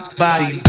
body